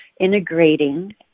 integrating